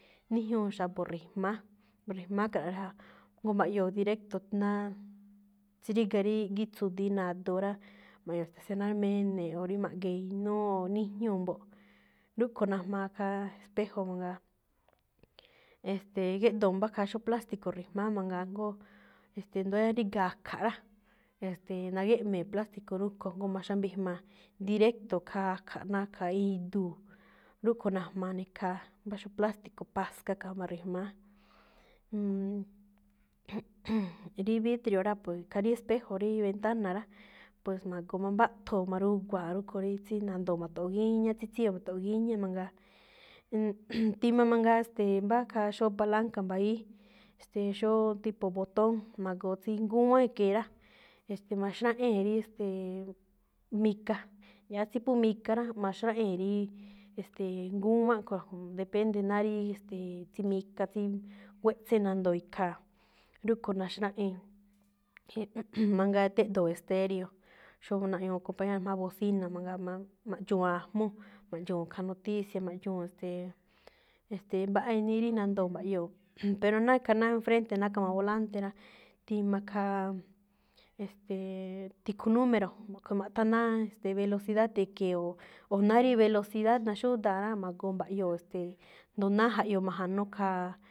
Níjñúu xa̱bo̱ ri̱jma̱á, ri̱jma̱á kra̱ꞌa ja, jngóo mba̱ꞌyoo̱ directo náá, xí ríga̱ rí ꞌgí tsu̱di̱í nadoo rá, ma̱ꞌñuu̱ estacionar mene̱e̱ꞌ, o rí ma̱ꞌgee̱ inúú o níjñúu̱ mbo̱ꞌ. Rúꞌkho̱ najmaa khaa espejo mangaa. E̱ste̱e̱, géꞌdoo̱ mbá khaa xóo plástico ri̱jma̱á mangaa jngó, e̱ste̱e̱, ndóo yáá ríga̱a̱ a̱kha̱ꞌ rá, e̱ste̱e̱, nagéꞌmee̱ plástico rúꞌkho̱ jngóo xájmbijmaa directo khaa a̱kha̱ꞌ, ná khaa iduu̱. Rúꞌkho̱ najmaa ne̱ khaa mbá xóo plástico paska kha̱jma ri̱jma̱á. rí vidrio rá, pues, khaa rí espejo rí ventana rá, po̱o̱s ma̱goo mambáthoo̱, maruguaa̱ rúꞌkho̱ꞌ rí tsí nandoo̱ ma̱to̱ꞌo̱o̱ gíñá, tsí tsíyoo̱ ma̱to̱ꞌo̱o̱ gíñá mangaa. tima mangaa, ste̱e̱, mbá khaa xóo palanca mbayíí, e̱ste̱e̱, xóo tipo botón, magoo tsí ngúwán e̱ke̱e̱ rá, e̱ste̱e̱, maxráꞌée̱n rí, e̱ste̱e̱, mika. Yáá tsí phú mika rá, maxráꞌée̱n rí, e̱ste̱e̱, rí ngúwán khue̱n, depende náá rí, e̱ste̱e̱, tsí mika tsí nguéꞌtsén nandoo̱ ikhaa̱, rúꞌkho̱ꞌ naxráꞌée̱n. mangaa géꞌdoo̱ estéreo, xóo naꞌñuu̱ acompañar jma̱á bocina mangaa, ma̱ꞌ-ma̱̱ndxuu̱n ajmúú, ma̱ꞌdxuu̱n khaa noticia, ma̱ꞌdxuu̱, ste̱e̱, e̱ste̱e̱, mbaꞌa inii rí nandoo̱ mba̱ꞌyoo̱, pero nákha ná en frente ná ka̱ma volante rá, tima khaa, e̱ste̱e̱, tikhu número maꞌthán náá velocidad e̱ke̱e̱, o náá rí velocidad naxúdaa̱ rá, ma̱goo̱ mba̱ꞌyoo̱, e̱ste̱e̱, jndo náá jaꞌyoo ma̱ja̱nú khaa.